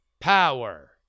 power